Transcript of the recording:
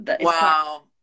Wow